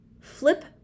flip